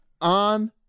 on